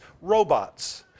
robots